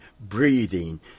breathing